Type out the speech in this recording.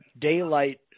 daylight